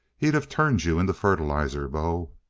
he'd of turned you into fertilizer, bo!